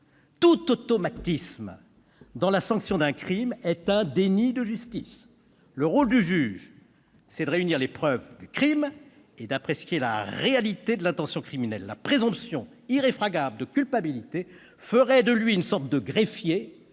Tout automatisme dans la sanction d'un crime est un déni de justice. Le rôle du juge consiste à réunir les preuves du crime et à apprécier la réalité de l'intention criminelle. La présomption irréfragable de culpabilité ferait de lui une sorte de greffier,